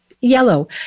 yellow